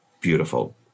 beautiful